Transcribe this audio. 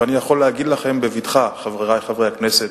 אני יכול להגיד לכם בבטחה, חברי חברי הכנסת,